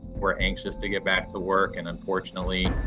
we're anxious to get back to work. and unfortunately,